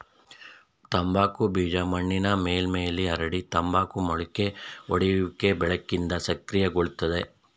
ತಂಬಾಕು ಬೀಜ ಮಣ್ಣಿನ ಮೇಲ್ಮೈಲಿ ಹರಡಿ ತಂಬಾಕು ಮೊಳಕೆಯೊಡೆಯುವಿಕೆ ಬೆಳಕಿಂದ ಸಕ್ರಿಯಗೊಳ್ತದೆ